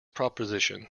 proposition